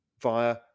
via